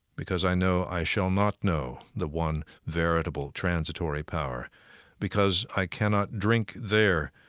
because i know i shall not know the one veritable transitory power because i cannot drink there,